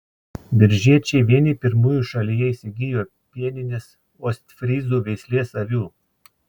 biržiečiai vieni pirmųjų šalyje įsigijo pieninės ostfryzų veislės avių